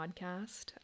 podcast